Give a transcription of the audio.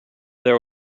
there